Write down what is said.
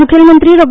मुखेलमंत्री डॉ